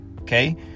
Okay